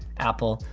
apple.